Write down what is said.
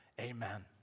Amen